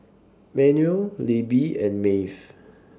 Manuel Libbie and Maeve